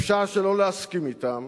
אפשר שלא להסכים אתם,